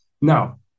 Now